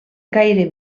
gaire